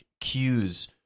cues